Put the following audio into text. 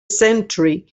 century